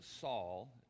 Saul